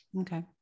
Okay